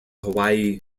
hawaii